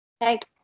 Right